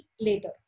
later